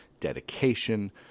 dedication